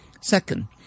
Second